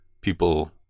people